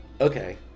okay